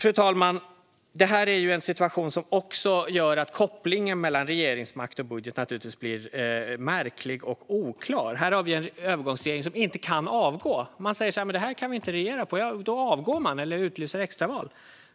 Fru talman! Det här är ju en situation som naturligtvis också gör att kopplingen mellan regeringsmakt och budget blir märklig och oklar. Här har vi en övergångsregering som inte kan avgå. Övergångsregeringen kan inte säga: Det här kan vi inte regera på, så då avgår vi eller utlyser extra val.